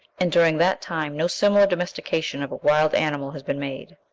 and during that time no similar domestication of a wild animal has been made.